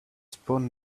spawn